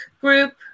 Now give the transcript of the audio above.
group